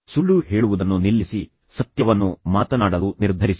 ಸುಳ್ಳು ಹೇಳುವುದನ್ನು ನಿಲ್ಲಿಸಲು ನಿರ್ಧರಿಸಿ ನಂತರ ಸತ್ಯವನ್ನು ಹುಡುಕಲು ಸತ್ಯವನ್ನು ಮಾತನಾಡಲು ನಿರ್ಧರಿಸಿ